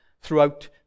throughout